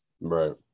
Right